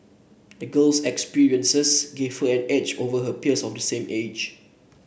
the girl's experiences gave her an edge over her peers of the same age